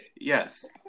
Yes